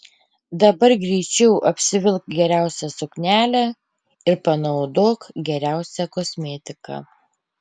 dabar greičiau apsivilk geriausią suknelę ir panaudok geriausią kosmetiką